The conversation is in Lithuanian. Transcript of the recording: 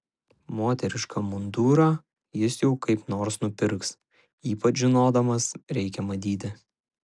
moterišką mundurą jis jau kaip nors nupirks ypač žinodamas reikiamą dydį